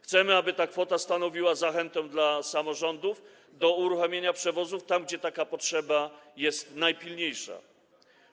Chcemy, aby ta kwota stanowiła zachętę dla samorządów do uruchomienia przewozów tam, gdzie taka potrzeba jest najpilniejsza.